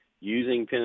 using